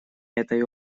этой